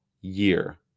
year